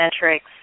metrics